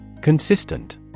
Consistent